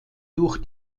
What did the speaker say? durch